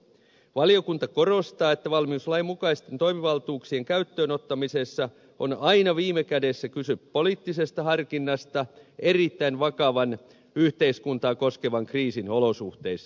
valiokunta korostaa että valmiuslain mukaisten toimivaltuuksien käyttöön ottamisessa on aina viime kädessä kyse poliittisesta harkinnasta erittäin vakavan yhteiskuntaa koskevan kriisin olosuhteissa